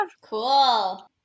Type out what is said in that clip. Cool